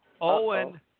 Owen